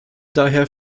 daher